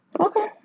okay